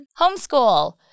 Homeschool